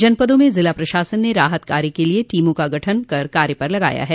जनपदों में जिला प्रशासन ने राहत कार्यो के लिए टीमों का गठन कर कार्य पर लगाया है